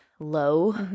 low